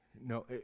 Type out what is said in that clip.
No